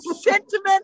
Sentiment